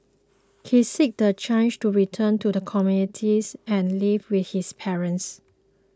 he seeks the chance to return to the communities and live with his parents